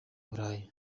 burayi